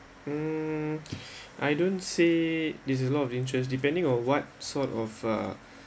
mm I don't say this is a lot of interest depending on what sort of uh